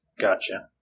Gotcha